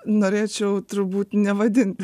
norėčiau turbūt nevadint